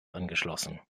angeschlossen